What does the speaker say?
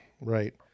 right